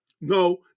no